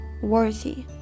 Worthy